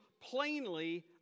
plainly